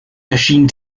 erschien